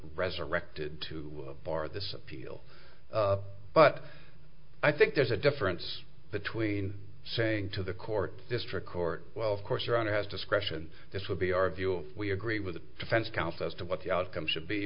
resurrected to bar this appeal but i think there's a difference between saying to the court district court well of course iran has discretion this will be our view we agree with the defense counsel as to what the outcome should be